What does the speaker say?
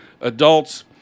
adults